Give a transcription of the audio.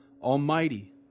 almighty